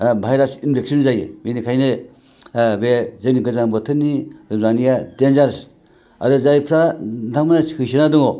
virus infection जायो बिनिखायनो बे जोंनि गोजां बोथोरनि लोमजानाया डेनजारेस आरो जायफ्रा नोंथांमोना सिखिदसा दङ